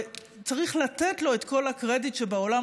וצריך לתת לו את כל הקרדיט שבעולם,